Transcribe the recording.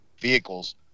vehicles